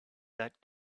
that